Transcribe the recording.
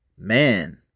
Man